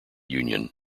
union